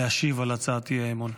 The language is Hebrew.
להשיב על הצעת האי-אמון.